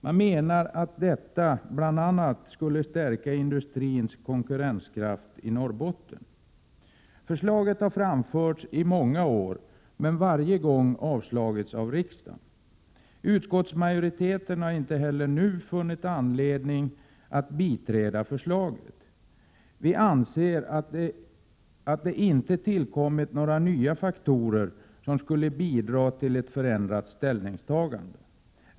Man menar att detta bl.a. skulle stärka den norrländska industrins konkurrenskraft. Förslaget har framförts i många år, men varje gång avslagits av riksdagen. Utskottsmajoriteten har inte heller nu funnit anledning att biträda förslaget. Vi anser att det inte tillkommit några nya faktorer som skulle bidra till ett förändrat ställningstagande.